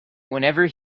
whenever